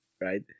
right